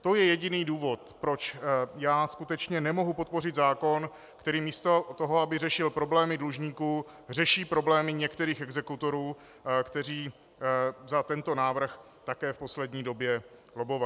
To je jediný důvod, proč já skutečně nemohu podpořit zákon, který místo toho, aby řešil problémy dlužníků, řeší problémy některých exekutorů, kteří za tento návrh také v poslední době lobbovali.